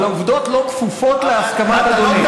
אבל העובדות לא כפופות להסכמת אדוני.